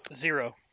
Zero